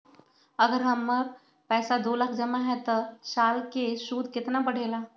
अगर हमर पैसा दो लाख जमा है त साल के सूद केतना बढेला?